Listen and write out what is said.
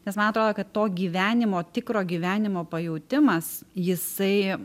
nes ma atrodo kad to gyvenimo tikro gyvenimo pajautimas jisai